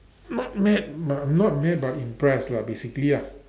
not mad but not mad but impressed lah basically lah